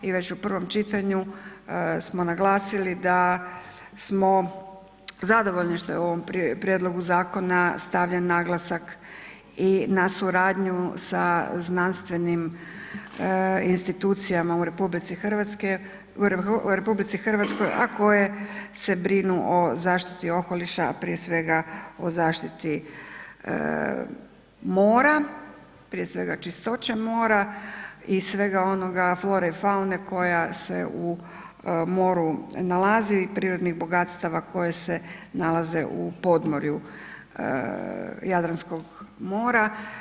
I već u prvom čitanju smo naglasili da smo zadovoljni što je u ovom prijedlogu zakona stavljen naglasak i na suradnju sa znanstvenim institucijama u RH a koje se brinu o zaštiti okoliša a prije svega o zaštiti mora, prije svega čistoće mora i svega onoga, flore i faune koja se u moru nalazi, prirodnih bogatstava koje se nalaze u podmorju Jadranskog mora.